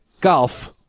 golf